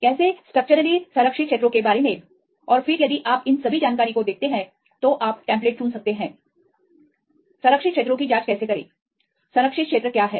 कैसे स्ट्रक्चरलीसंरक्षित क्षेत्रों के बारे में और फिर यदि आप इन सभी जानकारी को देखते हैं तो आप टेम्पलेट चुन सकते हैं संरक्षित क्षेत्रों की जांच कैसे करें संरक्षित क्षेत्र क्या हैं